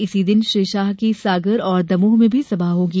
इसी दिन श्री शाह की सागर और दमोह में भी सभा होंगी